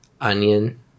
Onion